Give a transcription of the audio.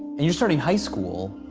and you're starting high school.